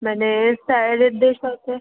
মানে স্যারেদের সাথে